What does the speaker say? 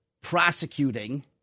prosecuting